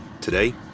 today